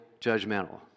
judgmental